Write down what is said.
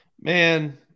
Man